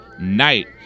night